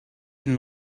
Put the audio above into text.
den